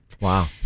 Wow